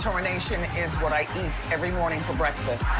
determination is what i eat every morning for breakfast.